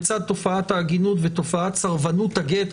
בצד תופעת העגינות ותופעת סרבנות הגט,